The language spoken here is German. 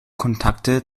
kontakte